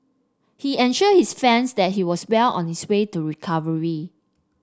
he ensured his fans that he was well on his way to recovery